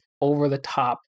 over-the-top